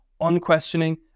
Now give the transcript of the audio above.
unquestioning